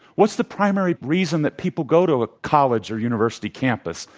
what's the primary reason that people go to a college or university campus?